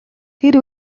тэр